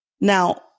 Now